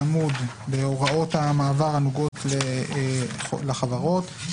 בהוראות המעבר הנוגעות לחברות,